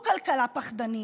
תודה.